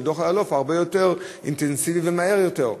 דוח אלאלוף באופן אינטנסיבי ומהיר יותר?